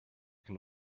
can